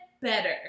better